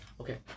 Okay